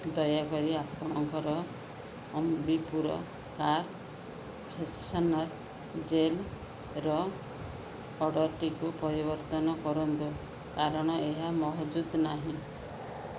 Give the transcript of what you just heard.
ଦୟାକରି ଆପଣଙ୍କର Ambi Pur car freshener ଜେଲ୍ର ଅର୍ଡ଼ର୍ଟିକୁ ପରିବର୍ତ୍ତନ କରନ୍ତୁ କାରଣ ଏହା ମହଜୁଦ ନାହିଁ